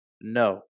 no